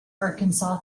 arkansas